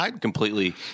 completely